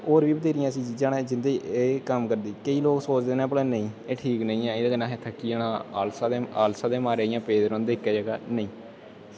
होर बी ऐसी बथ्हेरियां चीजां न जेह्दे लेई एह् कम्म करदी केईं लोक सोचदे कि नेईं एह् ठीक निं ऐ एह्दे कन्नै आलसै दा पेदे रौंह्दे इक्कै जगह